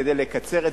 כדי לקצר,